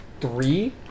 three